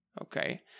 okay